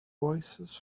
oasis